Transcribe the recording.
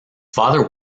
father